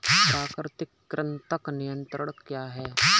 प्राकृतिक कृंतक नियंत्रण क्या है?